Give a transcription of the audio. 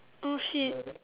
oh shit